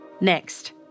Next